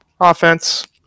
offense